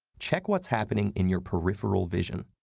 check what's happening in your peripheral vision.